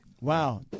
Wow